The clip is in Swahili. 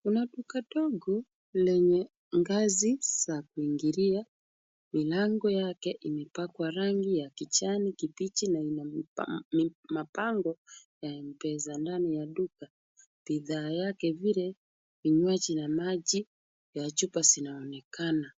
Kuna nduka ndogo lenye ngazi za kuingilia, milango yake imepakwa rangi ya kijani kibichi na ina mabango ya Mpesa, ndani ya duka bidhaa yake vile vinywaji na maji ya chupa zinaonekana,